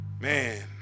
Man